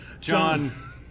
John